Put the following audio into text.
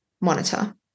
monitor